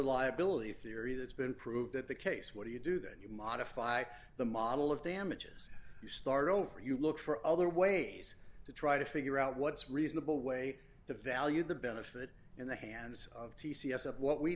liability theory that's been proved at the case what do you do that you modify the model of damages you start over you look for other ways to try to figure out what's reasonable way to value the benefit in the hands of t c s of what we